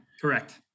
Correct